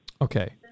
Okay